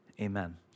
amen